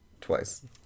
Twice